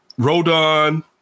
Rodon